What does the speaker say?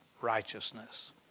righteousness